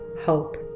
hope